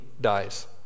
dies